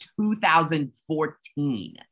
2014